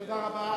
תודה רבה.